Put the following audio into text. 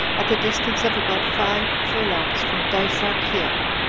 at the distance of about five furlongs from dicearchia.